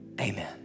Amen